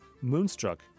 Moonstruck